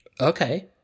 Okay